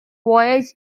voyage